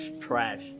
Trash